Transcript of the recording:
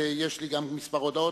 יש גם לי כמה הודעות,